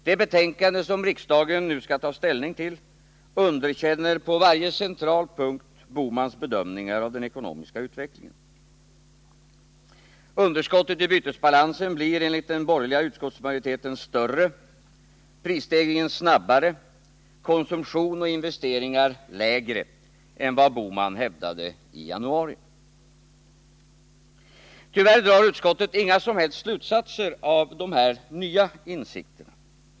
Det betänkande som riksdagen nu skall ta ställning till underkänner på varje central punkt Gösta Bohmans bedömningar av den ekonomiska utvecklingen. Underskottet i bytesbalansen blir enligt den borgerliga utskottsmajoriteten större, prisstegringen snabbare, konsumtion och investeringar lägre än vad Gösta Bohman hävdade i januari. Tyvärr drar utskottet inga som helst slutsatser av dessa nya insikter.